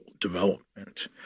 development